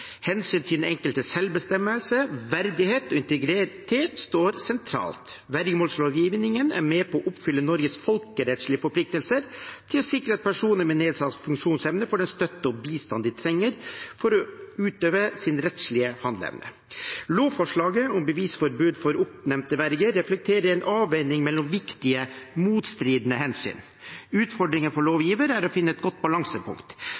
til den enkeltes selvbestemmelse, verdighet og integritet står sentralt. Vergemålslovgivningen er med på å oppfylle Norges folkerettslige forpliktelser til å sikre at personer med nedsatt funksjonsevne får den støtte og bistand de trenger for å utøve sin rettslige handleevne. Lovforslaget om bevisforbud for oppnevnte verger reflekterer en avveining mellom viktige motstridende hensyn. Utfordringen for lovgiverEN er å finne et godt balansepunkt.